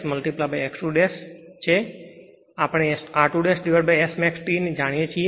કારણ કે આપણે r2S max T ને જાણીએ છીએ